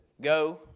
go